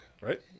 right